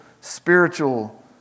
spiritual